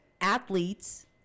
athletes